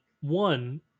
one